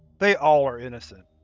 they all are innocent.